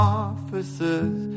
officers